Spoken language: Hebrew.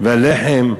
והלחם,